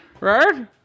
Right